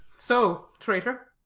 so, traitor,